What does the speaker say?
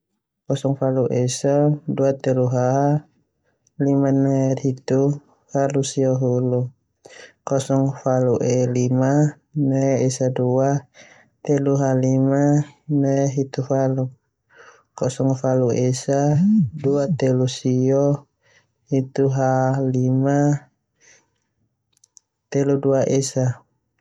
Kosong falu esa dua telu ha lima ne hitu falu sio kosong. Kosong falu lima ne esa dua telu ha lima ne hitu falu. Kosong falu esa dua telu sio hitu ha lima telu dua esa. Kosong falu eaa dua telu sio hitu ha kosong kosong falu lima.